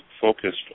focused